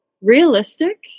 realistic